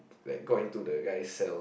like got into the guy cell